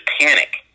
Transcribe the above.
panic